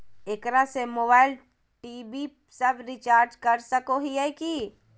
एकरा से mobile TV सब रिचार्ज कर सको हियै की?